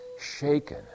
shaken